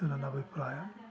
ಇದು ನನ್ನ ಅಭಿಪ್ರಾಯ